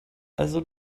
also